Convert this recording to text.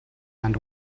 and